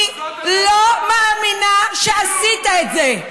אני לא מאמינה שעשית את זה.